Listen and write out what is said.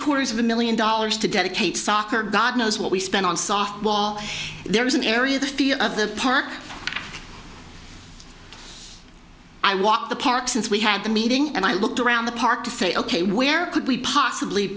quarters of a million dollars to dedicate soccer god knows what we spent on softball there was an area the fear of the park i walked the park since we had the meeting and i looked around the park to say ok where could we possibly